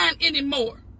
anymore